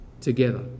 together